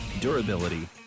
durability